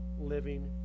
living